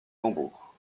tambour